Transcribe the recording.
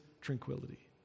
tranquility